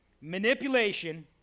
Manipulation